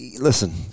listen